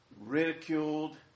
ridiculed